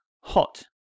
hot